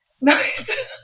Nice